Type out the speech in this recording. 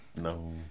No